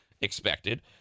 expected